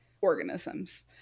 organisms